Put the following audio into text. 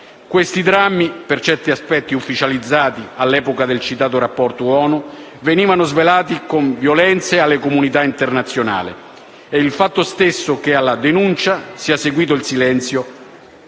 Questi drammi, per certi aspetti ufficializzati all'epoca del citato rapporto ONU, venivano svelati con violenza alla comunità internazionale e il fatto stesso che alla denuncia sia seguito il silenzio